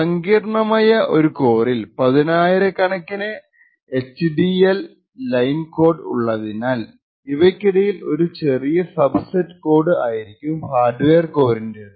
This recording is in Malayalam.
സങ്കീർണമായ ഒരു കോറിൽ പതിനായിരക്കണക്കിന് H D L line code ഉള്ളതിനാൽ ഇവക്കിടയിൽ ഒരു ചെറിയ സബ്സെറ്റ് കോഡ് ആയിരിക്കും ഹാർഡ്വെയർ കോറിന്റേത്